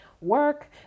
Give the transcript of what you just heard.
work